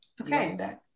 Okay